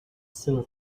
sell